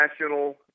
national